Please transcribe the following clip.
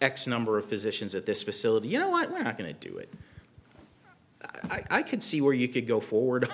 x number of physicians at this facility you know what we're not going to do it i could see where you could go forward